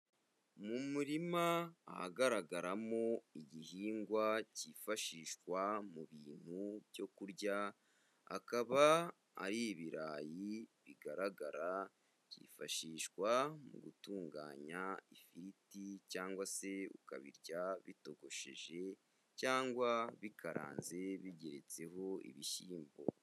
Mu murima ahagaragaramo igihingwa cyifashishwa mu bintu byo kurya, akaba ari ibirayi bigaragara, byifashishwa mu gutunganya ifiriti cyangwa se ukabirya bitogosheje cyangwa bikaranze, bigeretseho ibishyimbo.